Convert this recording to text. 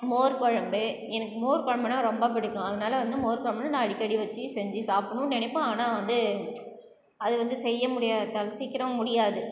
மோர் குழம்பு எனக்கு மோர் குழம்புனா ரொம்ப பிடிக்கும் அதனால் வந்து மோர் குழம்புனா நான் அடிக்கடி வச்சு செஞ்சு சாப்பிடனுன்னு நினைப்ப ஆனால் வந்து அதை வந்து செய்ய முடியாது அது சீக்கரம் முடியாது